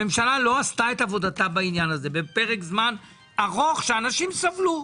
הממשלה לא עשתה עבודתה בעניין הזה בפרק זמן ארוך שאנשים סבלו.